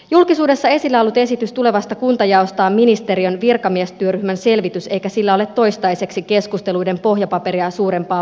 julkisuudessa esillä ollut esitys tulevasta kuntajaosta on ministeriön virkamiestyöryhmän selvitys eikä sillä ole toistaiseksi keskusteluiden pohjapaperia suurempaa painoarvoa